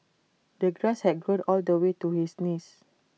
the grass had grown all the way to his knees